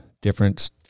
different